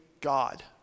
God